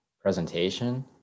presentation